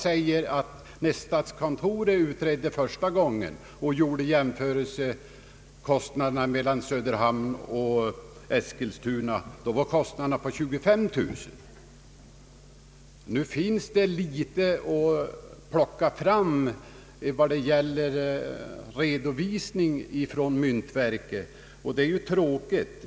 När statskontoret utredde denna fråga första gången och gjorde kostnadsjämförelser mellan Söderhamn och Eskilstuna, låg merkostnaden för Söderhamnsalternativet på 25 000 kronor. Nu finns det föga att plocka fram i fråga om sifferredovisning från myntverket, vilket är tråkigt.